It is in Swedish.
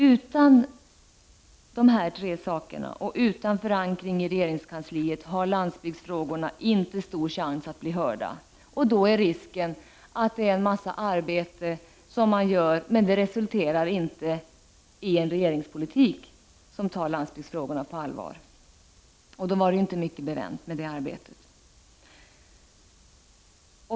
Utan de här tre åtgärderna och utan förankring i regeringskansliet har landsbygdsfrågorna inte stor chans att bli hörda, och då är risken att en massa arbete kommer att göras som inte resulterar i en regeringspolitik där landsbygdsfrågorna tas på allvar. Då var det inte mycket bevänt med det arbetet.